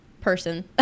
person